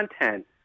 content